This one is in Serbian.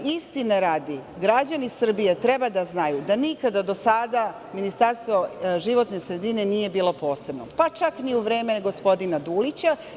Istine radi, građani Srbije treba da znaju da nikada do sada ministarstvo životne sredine nije bilo posebno, pa čak ni u vreme gospodina Dulića.